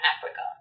Africa